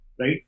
right